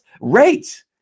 rate